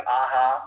aha